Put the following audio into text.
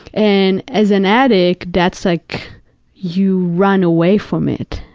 and, as an addict, that's like you run away from it.